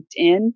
LinkedIn